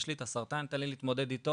יש לי את הסרטן תן לי להתמודד איתו,